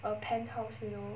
a penthouse you know